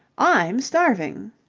i'm starving.